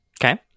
Okay